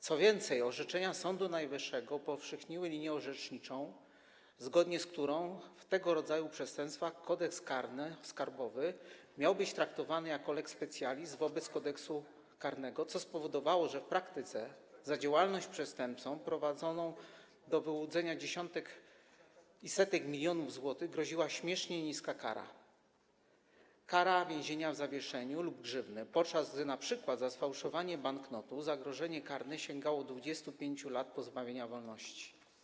Co więcej, orzeczenia Sądu Najwyższego upowszechniły linię orzeczniczą, zgodnie z którą w przypadku tego rodzaju przestępstw Kodeks karny skarbowy miał być traktowany jako lex specialis wobec Kodeksu karnego, co spowodowało, że w praktyce za działalność przestępczą prowadzącą do wyłudzenia dziesiątek i setek milionów złotych groziła śmiesznie niska kara, kara więzienia w zawieszeniu lub grzywny, podczas gdy np. za sfałszowanie banknotu zagrożenie karne sięgało 25 lat pozbawienia wolności.